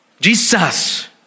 Jesus